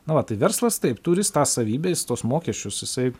na va tai verslas taip turi jis tą savybę jis tuos mokesčius jisai